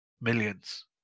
millions